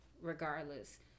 regardless